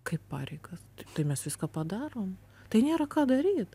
kaip pareigas tai mes viską padarom tai nėra ką daryt